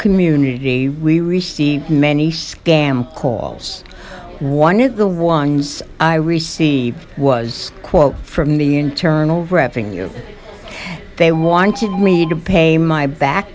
community we receive many scam calls one of the ones i received was a quote from the internal revenue they wanted me to pay my back